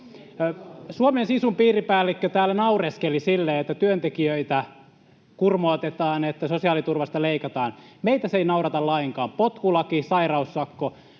Suomen Sisun piiripäällikkö täällä naureskeli sille, että työntekijöitä kurmootetaan, että sosiaaliturvasta leikataan. Meitä se ei naurata lainkaan. Potkulaki, sairaussakko,